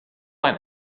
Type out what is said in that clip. ein